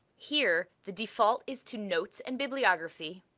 here the default is to notes and bibliography,